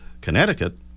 Connecticut